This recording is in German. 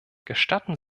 gestatten